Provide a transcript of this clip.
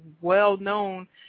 well-known